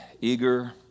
eager